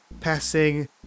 passing